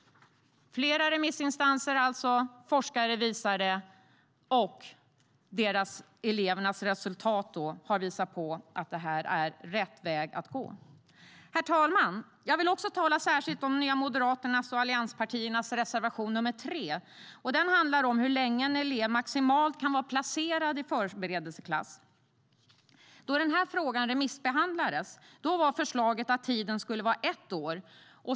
Flera remissinstanser och forskare visar detta, och elevernas resultat har visat att det här är rätt väg att gå. Herr talman! Jag vill tala särskilt om Nya Moderaternas och allianspartiernas reservation nr 3. Den handlar om hur länge en elev maximalt kan vara placerad i förberedelseklass. När denna fråga remissbehandlades var förslaget att tiden skulle vara ett år.